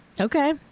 Okay